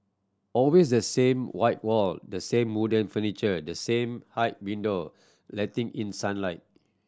always the same white wall the same wooden furniture the same high window letting in sunlight